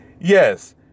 yes